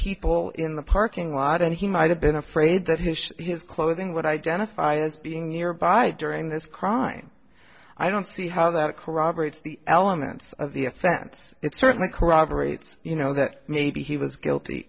people in the parking lot and he might have been afraid that his his clothing would identify this being your by during this crime i don't see how that corroborates the elements of the offense it certainly corroborates you know that maybe he was guilty